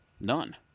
None